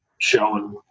showing